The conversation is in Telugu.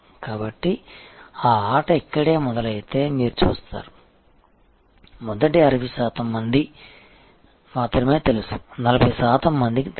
కాబట్టి ఆ ఆట ఇక్కడే మొదలైతే మీరు చూస్తారు మొదటి 60 శాతం మందికి మాత్రమే తెలుసు 40 శాతం మందికి తెలియదు